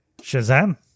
Shazam